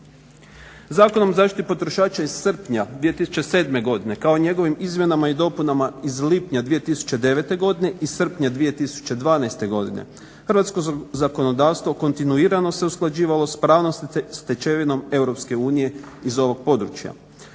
Zakonom o zaštiti potrošača iz srpanja 2007. godine kao njegovim izmjenama i dopunama iz lipnja 2009. i srpnja 2012. godine hrvatsko zakonodavstvo kontinuirano se usklađivalo s pravnom stečevinom EU iz ovog područja.